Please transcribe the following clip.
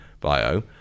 bio